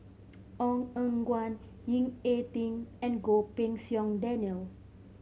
Ong Eng Guan Ying E Ding and Goh Pei Siong Daniel